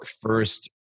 first